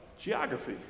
Geography